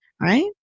right